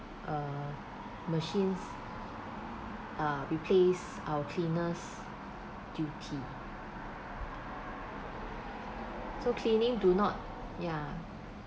uh machines uh replaced our cleaner's duty so cleaning do not ya